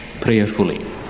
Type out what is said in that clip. prayerfully